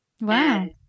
Wow